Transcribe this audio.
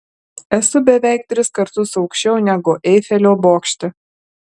esu beveik tris kartus aukščiau negu eifelio bokšte